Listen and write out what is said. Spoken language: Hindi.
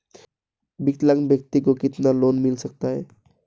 विकलांग व्यक्ति को कितना लोंन मिल सकता है?